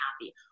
happy